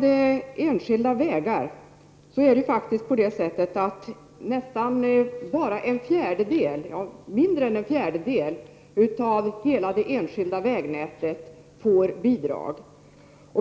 Det är faktiskt på det sättet att mindre än en fjärdedel av hela det enskilda vägnätet får bidrag.